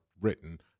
written